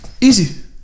easy